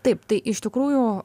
taip tai iš tikrųjų